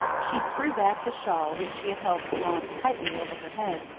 she threw back the shawl which she had held drawn tightly over her head,